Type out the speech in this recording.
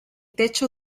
techo